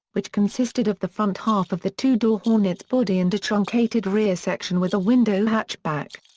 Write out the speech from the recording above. which consisted of the front half of the two-door hornet's body and a truncated rear section with a window hatchback.